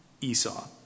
Esau